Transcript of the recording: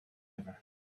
ever